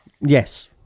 Yes